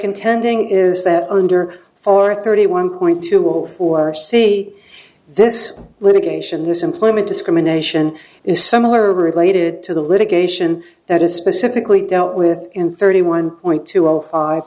contending is that under four thirty one point two zero or see this litigation this employment discrimination is similar related to the litigation that is specifically dealt with in thirty one point two zero five